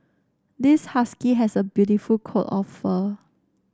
this husky has a beautiful coat of fur